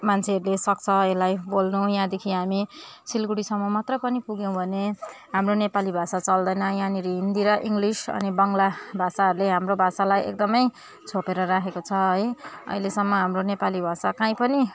मान्छेहरूले सक्छ यसलाई बोल्नु यहाँदेखि हामी सिलगढीसम्म मात्र पनि पुग्यौँ भने हाम्रो नेपाली भाषा चल्दैन यहाँनिर हिन्दी र इङ्लिस अनि बाङ्ला भाषाहरूले हाम्रो भाषालाई एकदमै छोपेर राखेको छ है अहिलेसम्म हाम्रो नेपाली भाषा कहीँ पनि